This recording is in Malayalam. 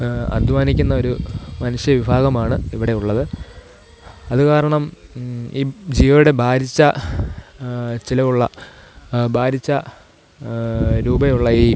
അദ്ധ്വാനിക്കുന്നൊരു മനുഷ്യ വിഭാഗമാണ് ഇവിടെ ഉള്ളത് അതു കാരണം ഈ ജീവയുടെ ഭാരിച്ച ചിലവുള്ള ഭാരിച്ച രൂപയുള്ള ഈ